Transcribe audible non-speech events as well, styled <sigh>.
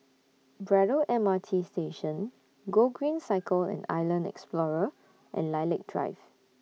Braddell M R T Station Gogreen Cycle <noise> and Island Explorer <noise> and Lilac Drive